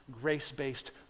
grace-based